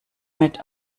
mit